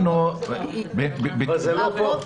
אבל זה לא פה.